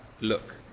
look